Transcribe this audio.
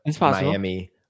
Miami